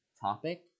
Topic